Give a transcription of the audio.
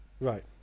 right